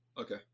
Okay